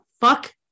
fuck